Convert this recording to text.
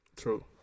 true